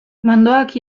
mandoak